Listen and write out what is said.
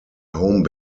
home